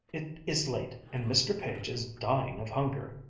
it is late, and mr. page is dying of hunger,